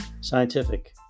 Scientific